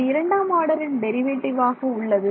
இது இரண்டாம் ஆர்டரில் டெரிவேட்டிவ் ஆக உள்ளது